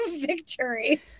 victory